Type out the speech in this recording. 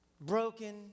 broken